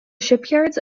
shipyards